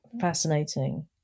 fascinating